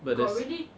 but there's